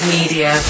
Media